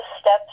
steps